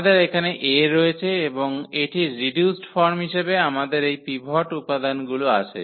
আমাদের এখানে A রয়েছে এবং এটির রিডিউসড ফর্ম হিসাবে আমাদের এই এই পিভট উপাদানগুলো আছে